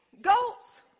goats